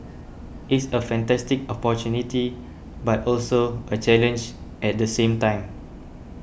it's a fantastic opportunity but also a challenge at the same time